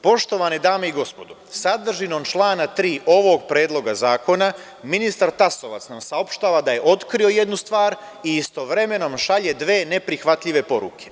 Poštovane dame i gospodo, sadržinom člana 3. ovog predloga zakona ministar Tasovac nam saopštava da je otkrio jednu stvar i istovremeno nam šalje dve neprihvatljive poruke.